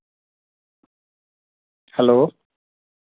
hello